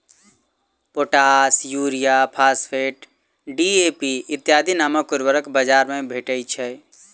potash, urea, phosphate, DAP इत्यादि नामक उर्वरक बाजार मे भेटैत छै